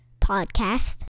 Podcast